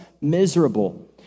miserable